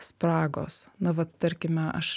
spragos na vat tarkime aš